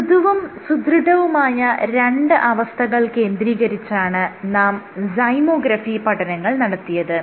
മൃദുവും സുദൃഢവുമായ രണ്ട് അവസ്ഥകൾ കേന്ദ്രീകരിച്ചാണ് നാം സൈമോഗ്രഫി പഠനങ്ങൾ നടത്തിയത്